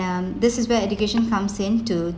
um this is where education comes in to